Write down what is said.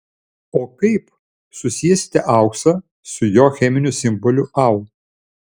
o kaip susiesite auksą su jo cheminiu simboliu au